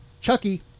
Chucky